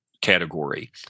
category